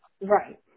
right